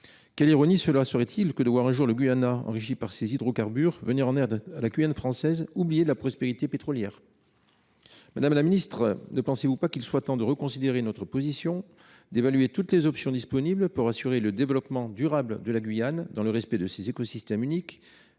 Quelle ironie ce serait que de voir un jour le Guyana, enrichi par ses hydrocarbures, venir en aide à la Guyane française, oubliée de la prospérité pétrolière.